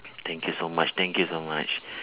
thank you so much thank you so much